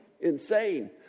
insane